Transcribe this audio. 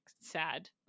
sad